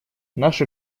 наши